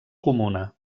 comuna